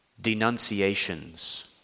denunciations